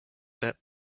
that